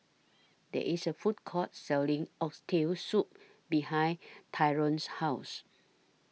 There IS A Food Court Selling Oxtail Soup behind Tyron's House